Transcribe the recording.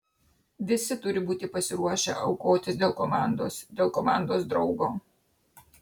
visi turi būti pasiruošę aukotis dėl komandos dėl komandos draugo